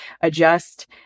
adjust